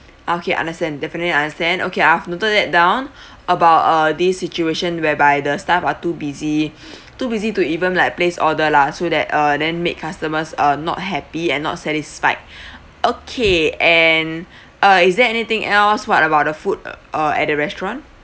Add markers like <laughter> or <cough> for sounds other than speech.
okay understand definitely understand okay I've noted that down about uh this situation whereby the staff are too busy <noise> too busy to even like place order lah so that uh then made customers uh not happy and not satisfied <breath> okay and uh is there anything else what about the food uh at the restaurant